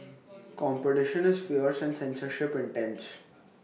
competition is fierce and censorship intense